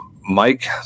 Mike